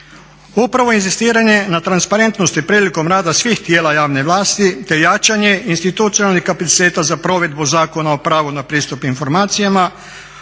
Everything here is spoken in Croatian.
Upravo inzistiranje na transparentnosti prilikom rada svih tijela javne vlasti, te jačanje institucionalnih kapaciteta za provedbu Zakona o pravu na pristup informacijama